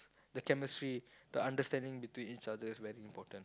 the chemistry the understanding between each other is very important